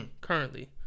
currently